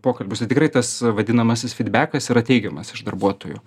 pokalbius tai tikrai tas vadinamasis fydbiakas yra teigiamas iš darbuotojų